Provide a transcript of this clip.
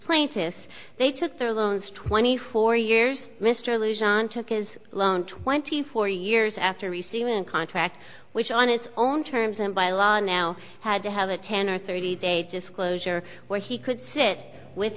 plaintiffs they took their loans twenty four years mr luzhin took his loan twenty four years after receiving a contract which on its own terms and by law now had to have a ten or thirty day disclosure where he could sit with